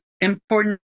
important